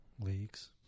leagues